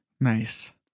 Nice